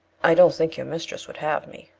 i don't think your mistress would have me,